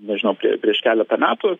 nežinau prieš keletą metų